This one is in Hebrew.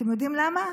אתם יודעים למה?